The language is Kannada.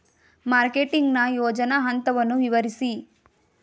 ಮಾರ್ಕೆಟಿಂಗ್ ನ ಯೋಜನಾ ಹಂತವನ್ನು ವಿವರಿಸಿ?